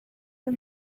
you